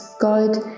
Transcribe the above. God